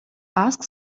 ask